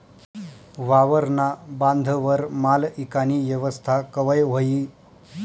वावरना बांधवर माल ईकानी येवस्था कवय व्हयी?